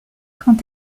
quand